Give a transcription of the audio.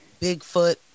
Bigfoot